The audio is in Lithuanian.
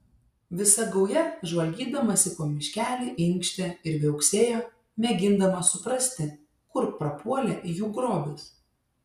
visa gauja žvalgydamasi po miškelį inkštė ir viauksėjo mėgindama suprasti kur prapuolė jų grobis